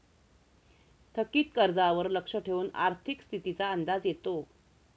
थकीत कर्जावर लक्ष ठेवून आर्थिक स्थितीचा अंदाज येतो